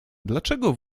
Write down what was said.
dlaczego